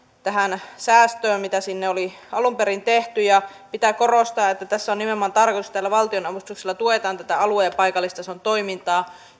tähän säästöön mitä sinne oli alun perin tehty pitää korostaa että tässä on nimenomaan tarkoitus että tällä valtionavustuksella tuetaan alue ja paikallistason toimintaa